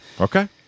okay